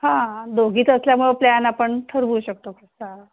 हां दोघीच असल्यामुळं प्लॅन आपण ठरवू शकतो तसा